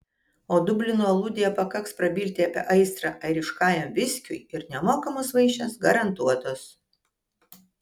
o dublino aludėje pakaks prabilti apie aistrą airiškajam viskiui ir nemokamos vaišės garantuotos